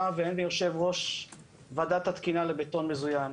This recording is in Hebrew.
והן יושב ראש ועדת התקינה לבטון מזוין.